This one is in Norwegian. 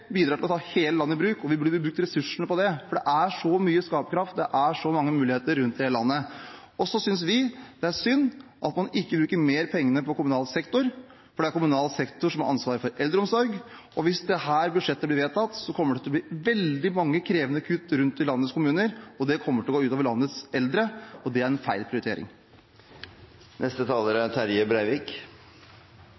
bidrar til å ta hele landet i bruk, og vi burde brukt ressursene på det, for det er så mye skaperkraft, det er så mange muligheter rundt om i hele landet. Vi synes også det er synd at man ikke bruker mer penger på kommunal sektor, for det er kommunal sektor som har ansvaret for eldreomsorg. Hvis dette budsjettet blir vedtatt, kommer det til å bli veldig mange krevende kutt rundt om i landets kommuner. Det kommer til å gå ut over landets eldre, og det er en feil